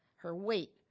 her weight,